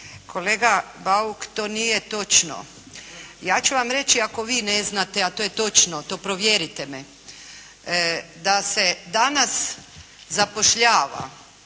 Kolega Bauk to nije točno. Ja ću vam reći ako vi ne znate a to je točno. To provjerite me da se danas zapošljava